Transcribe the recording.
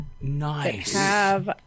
Nice